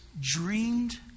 dreamed